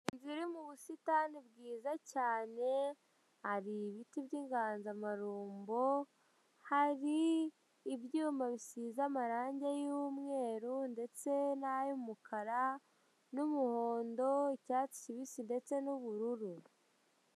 Inzu iri mubusitani bwiza cyane ,har'ibiti by'inganzamarumbo, har' ibyuma bisiz' amarangi y'umweru ndetse nay'umukara , n'umuhondo ,icyatsi kibisi ndetse n 'ubururu.